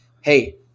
hey